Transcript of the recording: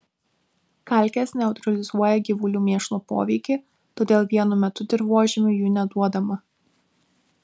kalkės neutralizuoja gyvulių mėšlo poveikį todėl vienu metu dirvožemiui jų neduodama